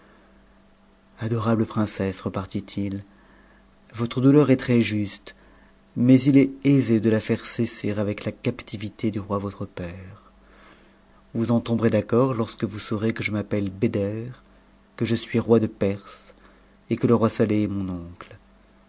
adorable princesse repartit il votre douleur est très juste mais il est aisé de à taire cesser avec la captivité du roi votre père vous en tomberez d'accord lorsque vous saurez que je m'appelle eder que je suis roi de perse et que le roi sa eh est mon oncle